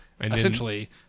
essentially